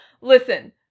listen